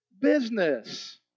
business